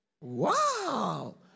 Wow